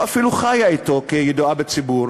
או אפילו חיה אתו כידועה בציבור,